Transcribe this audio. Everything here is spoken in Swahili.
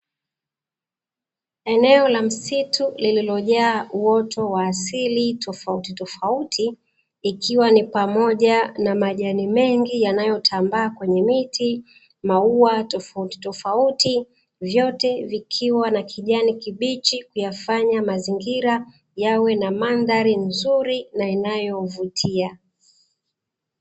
Eneo la msitu lililojaa uoto wa asili tofautitofauti, ikiwa ni pamoja na majani mengi yanayotambaa kwenye miti, maua tofautitofauti, vyote vikiwa na kijani kibichi kuyafanya mazingira yawe na mandhari nzuri na inayovutia.